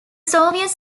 soviets